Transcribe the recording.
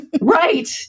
Right